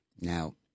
Now